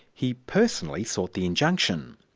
he personally sought the injunction.